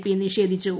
P നിഷേധിച്ചു